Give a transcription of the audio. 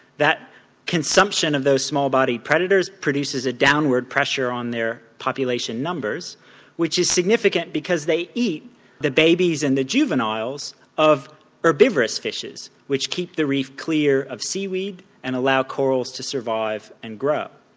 that consumption of those small-bodied predators produces a downward pressure on their population numbers which is significant because they eat the babies and the juveniles of herbivorous fishes which keep the reef clear of seaweed and allow corals to survive and grow.